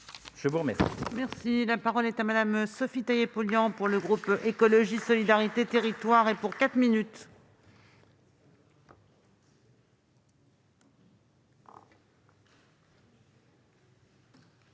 je vous remercie,